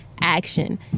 action